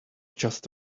just